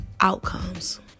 outcomes